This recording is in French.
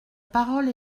parole